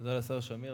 תודה לשר שמיר.